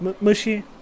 Mushy